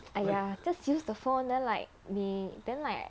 !aiya! just use the phone then like 你 then like